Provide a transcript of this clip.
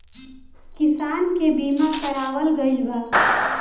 किसान के बीमा करावल गईल बा